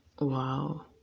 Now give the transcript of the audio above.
wow